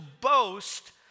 boast